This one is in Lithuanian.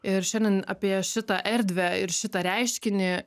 ir šiandien apie šitą erdvę ir šitą reiškinį